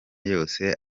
yose